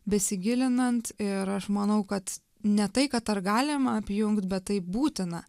besigilinant ir aš manau kad ne tai kad ar galima apjungt bet tai būtina